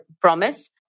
promise